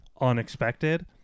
unexpected